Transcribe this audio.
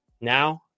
now